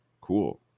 cool